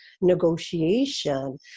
negotiation